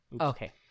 Okay